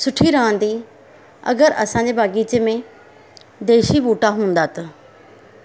सुठी रहंदी अगरि असांजे बाॻीचे में देसी बूटा हूंदा त